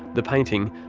the painting,